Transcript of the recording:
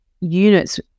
units